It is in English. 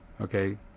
Okay